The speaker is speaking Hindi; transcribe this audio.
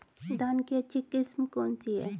धान की अच्छी किस्म कौन सी है?